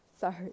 sorry